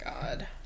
God